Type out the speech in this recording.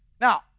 Now